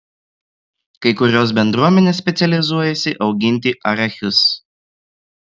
kai kurios bendruomenės specializuojasi auginti arachius